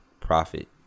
profit